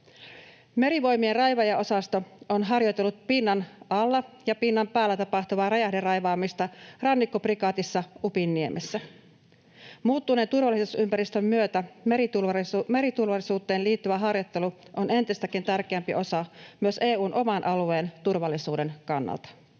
Merivoimien raivaajaosasto on harjoitellut pinnan alla ja pinnan päällä tapahtuvaa räjähderaivaamista Rannikkoprikaatissa Upinniemessä. Muuttuneen turvallisuusympäristön myötä meriturvallisuuteen liittyvä harjoittelu on entistäkin tärkeämpi osa myös EU:n oman alueen turvallisuuden kannalta.